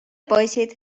poisid